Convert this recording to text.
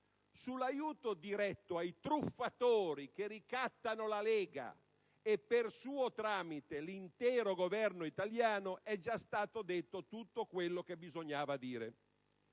Sull'aiuto diretto ai truffatori che ricattano la Lega e, per suo tramite, l'intero Governo italiano, è già stato detto tutto quello che bisognava dire.